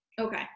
Okay